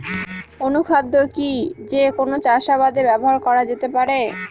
অনুখাদ্য কি যে কোন চাষাবাদে ব্যবহার করা যেতে পারে?